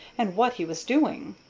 and what he was doing.